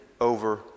over